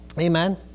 Amen